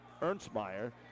Ernstmeyer